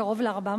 קרוב ל-400,